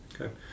Okay